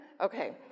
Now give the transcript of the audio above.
Okay